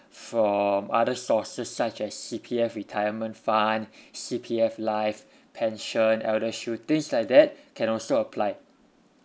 from other sources such as C_P_F retirement fund C_P_F life pension eldershield things like that can also apply